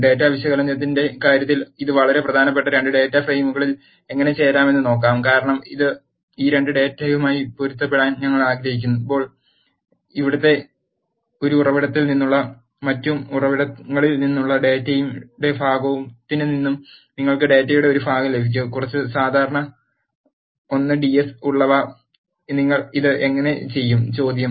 data വിശകലനത്തിന്റെ കാര്യത്തിൽ ഇത് വളരെ പ്രധാനപ്പെട്ട 2 ഡാറ്റ ഫ്രെയിമുകളിൽ എങ്ങനെ ചേരാമെന്ന് നോക്കാം കാരണം ഈ 2 ഡാറ്റയുമായി പൊരുത്തപ്പെടാൻ ഞങ്ങൾ ആഗ്രഹിക്കുമ്പോൾ ഒരു ഉറവിടത്തിൽ നിന്നും മറ്റ് ഉറവിടങ്ങളിൽ നിന്നുള്ള ഡാറ്റയുടെ ഭാഗത്തുനിന്നും നിങ്ങൾക്ക് ഡാറ്റയുടെ ഒരു ഭാഗം ലഭിക്കും കുറച്ച് സാധാരണ I ds ഉള്ളവ നിങ്ങൾ ഇത് എങ്ങനെ ചെയ്യും ചോദ്യം